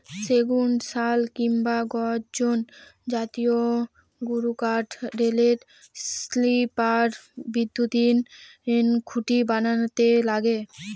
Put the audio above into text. সেগুন, শাল কিংবা গর্জন জাতীয় গুরুকাঠ রেলের স্লিপার, বৈদ্যুতিন খুঁটি বানাতে লাগে